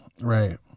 right